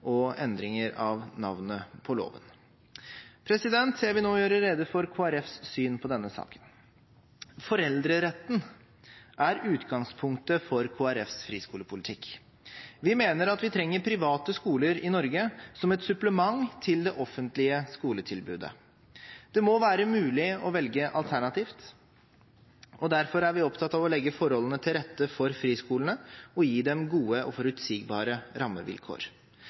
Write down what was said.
og endringer av navnet på loven. Jeg vil nå gjøre rede for Kristelig Folkepartis syn på denne saken. Foreldreretten er utgangspunktet for Kristelig Folkepartis friskolepolitikk. Vi mener at vi trenger private skoler i Norge som et supplement til det offentlige skoletilbudet. Det må være mulig å velge alternativt, derfor er vi opptatt av å legge forholdene til rette for friskolene og gi dem gode og forutsigbare rammevilkår.